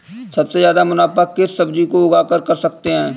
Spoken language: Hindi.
सबसे ज्यादा मुनाफा किस सब्जी को उगाकर कर सकते हैं?